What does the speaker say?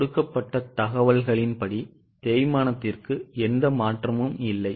கொடுக்கப்பட்ட தகவல்களின்படி தேய்மானத்திற்கு எந்த மாற்றமும் இல்லை